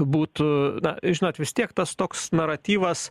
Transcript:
būtų na žinot vis tiek tas toks naratyvas